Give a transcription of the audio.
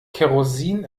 kerosin